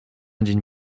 dzień